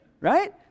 right